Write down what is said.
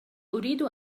أريد